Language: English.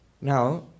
Now